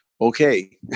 Okay